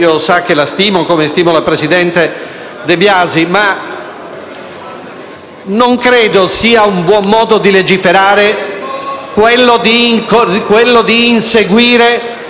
non credo sia un buon modo di legiferare quello di inseguire la magistratura creativa.